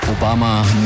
Obama